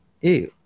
hey